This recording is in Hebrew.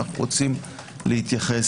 אנו רוצים להתייחס.